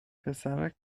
پسرک